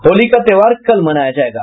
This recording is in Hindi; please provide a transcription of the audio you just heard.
होली का त्यौहार कल मनाया जायेगा